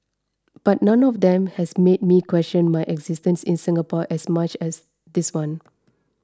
but none of them has made me question my existence in Singapore as much as this one